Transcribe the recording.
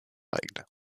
règle